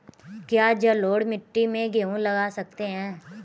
क्या जलोढ़ मिट्टी में गेहूँ लगा सकते हैं?